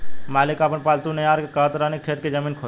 मालिक आपन पालतु नेओर के कहत रहन की खेत के जमीन खोदो